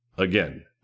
Again